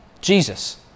jesus